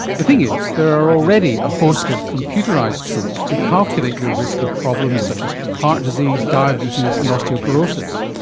the thing is, there are already a host of computerised tools to calculate your risk of problems such as heart disease, diabetes and osteoporosis.